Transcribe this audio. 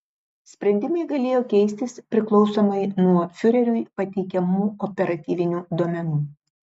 sprendimai galėjo keistis priklausomai nuo fiureriui pateikiamų operatyvinių duomenų